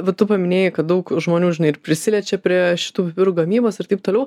va tu paminėjai kad daug žmonių žinai ir prisiliečia prie šitų pipirų gamybos ir taip toliau